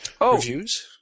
reviews